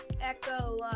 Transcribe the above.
echo